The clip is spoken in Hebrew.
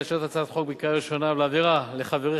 לאשר את הצעת החוק בקריאה ראשונה ולהעבירה לחברי